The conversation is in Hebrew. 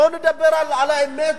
בואו נדבר על האמת,